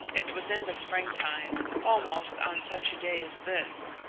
it was in the springtime, almost on such a day as this.